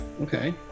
okay